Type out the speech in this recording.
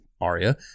Arya